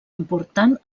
important